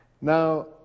Now